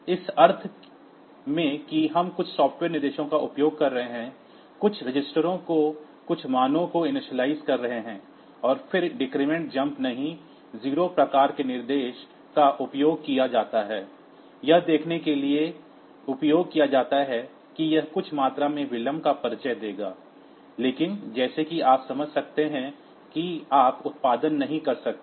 इस अर्थ में कि हम कुछ सॉफ़्टवेयर निर्देशों का उपयोग कर रहे हैं कुछ रजिस्टरों को कुछ मानों को इनिशियलाइज़ कर रहे हैं और फिर डिक्रिप्ट जंप नहीं 0 प्रकार के निर्देशों का उपयोग किया जाता है यह देखने के लिए उपयोग किया जाता है कि यह कुछ मात्रा में डिले का परिचय देगा लेकिन जैसा कि आप समझ सकते हैं कि आप उत्पादन नहीं कर सकते